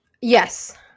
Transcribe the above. Yes